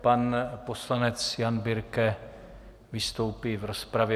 Pan poslanec Jan Birke vystoupí v rozpravě.